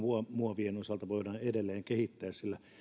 muovien osalta voidaan edelleen kehittää sillä